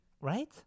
right